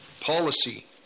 policy